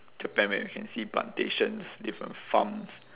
japan where you can see plantations different farms